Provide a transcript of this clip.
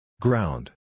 Ground